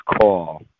call